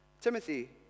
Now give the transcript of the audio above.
Timothy